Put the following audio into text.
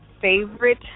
favorite